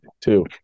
two